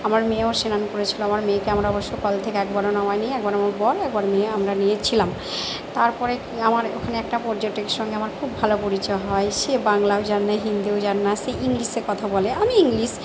আমার মেয়েও স্নান করেছিল আমার মেয়েকে আমরা অবশ্য কোল থেকে একবারও নামাইনি একবার আমার বর একবার নিয়ে আমরা নিয়েছিলাম তার পরে আমার ওখানে একটা পর্যটকের সঙ্গে আমার খুব ভালো পরিচয় হয় সে বাংলাও জানে হিন্দিও জানে না সে ইংলিশে কথা বলে আমি ইংলিশ